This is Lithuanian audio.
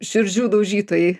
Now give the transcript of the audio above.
širdžių daužytojai